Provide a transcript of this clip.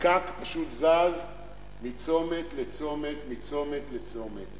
הפקק זז מצומת לצומת, מצומת לצומת.